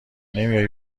نمیای